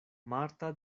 marta